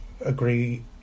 agree